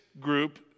group